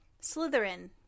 slytherin